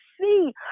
see